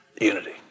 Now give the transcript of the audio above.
unity